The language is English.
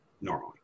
normally